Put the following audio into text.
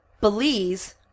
Belize